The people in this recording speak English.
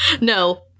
No